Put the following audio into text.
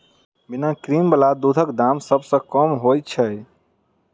बिना क्रीम बला दूधक दाम सभ सॅ कम होइत छै